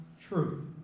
truth